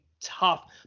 tough